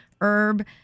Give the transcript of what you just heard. herb